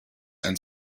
and